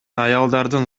аялдардын